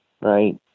right